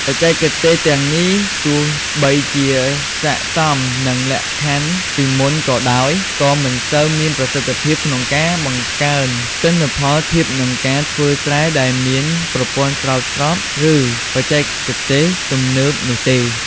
បច្ចេកទេសទាំងនេះទោះបីជាស័ក្តិសមនឹងលក្ខខណ្ឌពីមុនក៏ដោយ ក៏មិនសូវមានប្រសិទ្ធភាពក្នុងការបង្កើនទិន្នផលធៀបនឹងការធ្វើស្រែដែលមានប្រព័ន្ធស្រោចស្រព ឬបច្ចេកទេសទំនើបនោះទេ។